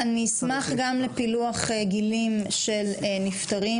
אני אשמח גם לפיתוח גילאים של נפטרים,